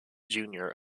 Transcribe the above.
junior